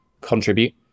contribute